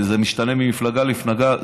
זה משתנה ממפלגה למפלגה,